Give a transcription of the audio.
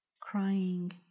crying